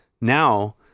now